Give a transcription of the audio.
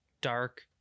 dark